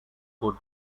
who